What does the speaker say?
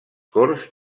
corts